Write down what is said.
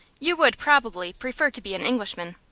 you would, probably prefer to be an englishman.